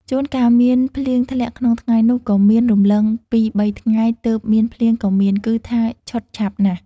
ជួនកាលមានភ្លៀងធ្លាក់ក្នុងថ្ងៃ នោះក៏មាន រំលង ២-៣ ថ្ងៃ ទើបមានភ្លៀងក៏មាន គឺថាឆុតឆាប់ណាស់ ។